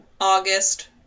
August